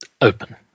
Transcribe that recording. Open